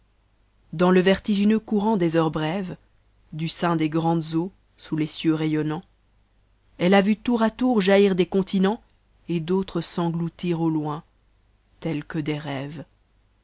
dans le vertigineux courant des heures brèves du sein des grandes eaux sous les cieux rayonnants elle a vu tour à tour jaillir des continents et d'autres s'engloutir au loin tels que des rêve